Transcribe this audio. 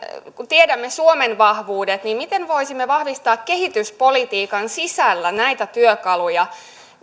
kun tiedämme suomen vahvuudet niin miten voisimme vahvistaa kehityspolitiikan sisällä näitä työkaluja